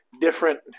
Different